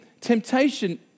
temptation